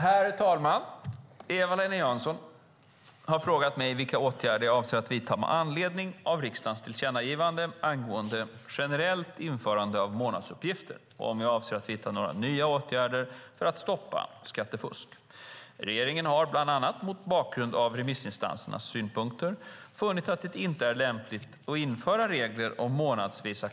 Herr talman! Eva-Lena Jansson har frågat mig vilka åtgärder jag avser att vidta med anledning av riksdagens tillkännagivande angående generellt införande av månadsuppgifter och om jag avser att vidta några nya åtgärder för att stoppa skattefusk. Regeringen har, bland annat mot bakgrund av remissinstansernas synpunkter, funnit att det inte är lämpligt att införa regler om månadsvisa